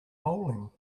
bowling